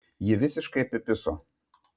jį visiškai apipiso